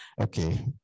Okay